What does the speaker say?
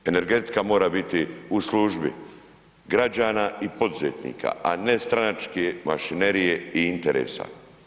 Energetika mora biti u službi građana i poduzetnika a ne stranačke mašinerije i interesa.